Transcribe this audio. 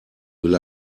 will